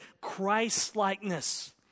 Christ-likeness